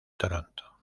toronto